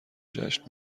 جشن